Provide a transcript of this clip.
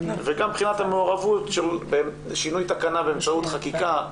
וגם מבחינת המעורבות של שינוי תקנה באמצעות חקיקה,